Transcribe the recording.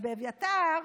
אז באביתר